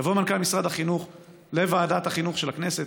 יבוא מנכ"ל משרד החינוך לוועדת החינוך של הכנסת,